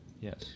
Yes